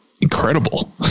incredible